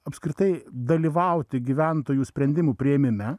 apskritai dalyvauti gyventojų sprendimų priėmime